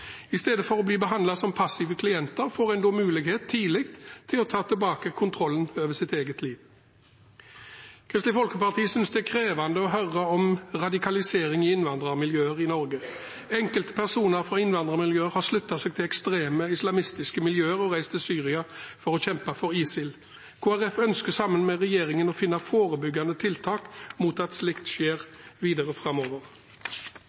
i framtiden. Istedenfor å bli behandlet som passive klienter, får man tidlig mulighet til å ta tilbake kontrollen over sitt eget liv. Kristelig Folkeparti synes det er krevende å høre om radikalisering i innvandrermiljøer i Norge. Enkelte personer fra innvandrermiljøer har sluttet seg til ekstreme islamistiske miljøer og reist til Syria for å kjempe for ISIL. Kristelig Folkeparti ønsker, sammen med regjeringen, å finne forebyggende tiltak mot at slikt